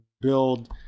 build